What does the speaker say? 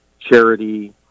charity